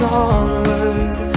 onward